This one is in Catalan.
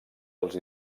els